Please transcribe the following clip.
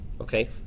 Okay